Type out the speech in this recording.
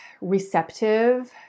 receptive